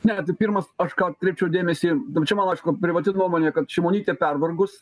ne tai pirmas aš ką atkreipčiau dėmesį čia mano aišku privati nuomonė kad šimonytė pervargus